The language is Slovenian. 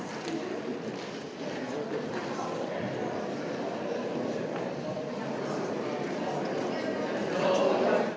Hvala